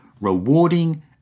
rewarding